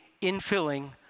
infilling